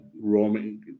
roaming